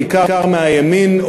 בעיקר מהימין,